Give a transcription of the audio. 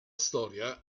storia